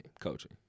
coaching